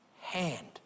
hand